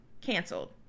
canceled